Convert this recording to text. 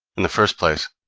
in the first place,